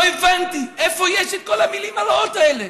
לא הבנתי: איפה יש את כל המילים הרעות האלה?